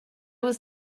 was